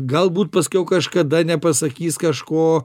galbūt paskiau kažkada nepasakys kažko